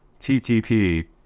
TTP